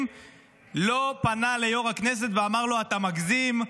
לא פנה ליו"ר הכנסת ואמר לו: אתה מגזים,